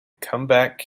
comeback